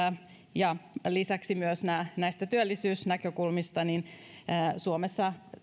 ja lisäksi myös työllisyysnäkökulmista suomessa